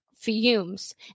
fumes